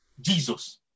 Jesus